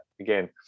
again